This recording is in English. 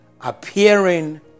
appearing